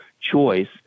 choice